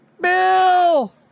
Bill